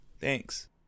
Thanks